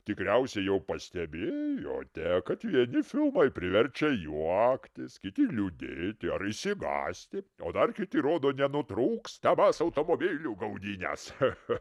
tikriausiai jau pastebėjote kad vieni filmai priverčia juoktis kiti liūdėti ar išsigąsti o dar kiti rodo nenutrūkstamas automobilių gaudynes cha cha